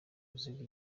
uzira